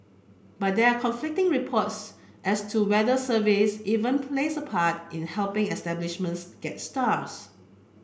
but there are conflicting reports as to whether service even plays a part in helping establishments get stars